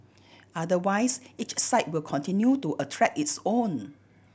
otherwise each site will continue to attract its own